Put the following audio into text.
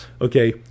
okay